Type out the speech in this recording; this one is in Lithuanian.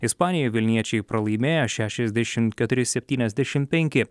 ispanijoj vilniečiai pralaimėjo šešiasdešimt keturi septyniasdešimt penki